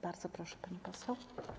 Bardzo proszę, pani poseł.